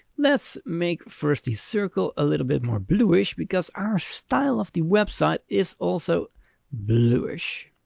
let's make first the circle a little bit more bluish because our style of the website is also bluish.